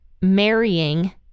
marrying